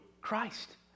Christ